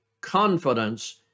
confidence